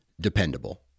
dependable